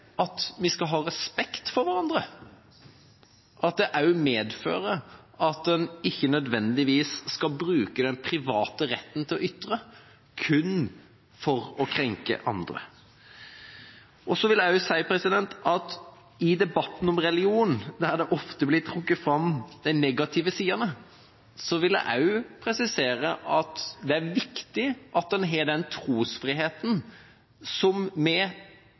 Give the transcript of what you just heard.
at vi skal ha respekt for hverandre, og at det også medfører at en ikke nødvendigvis skal bruke den private retten til å ytre kun for å krenke andre. Så vil jeg også presisere at i debatten om religion, der en ofte trekker fram de negative sidene, er det viktig at en har den trosfriheten som vi